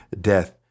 death